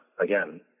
again